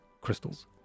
crystals